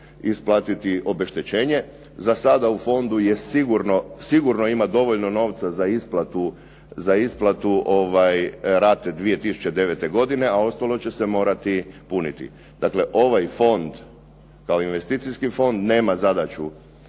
isplatiti obeštećenje. Za sada u fondu je sigurno, sigurno ima novca za isplatu rate 2009. godine, a ostalo će se morati puniti. Dakle, ovaj fond, kao investicijski fond nema zadaću